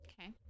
Okay